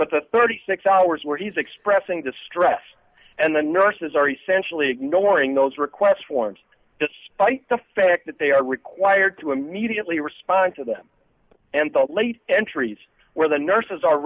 but the thirty six hours where he's expressing distress and the nurses are essentially ignoring those requests forms despite the fact that they are required to immediately respond to them and the late entries where the nurses are